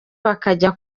bakajya